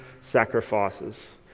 sacrifices